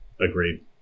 agreed